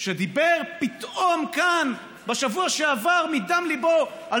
שדיבר פתאום כאן בשבוע שעבר מדם ליבו על